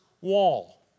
wall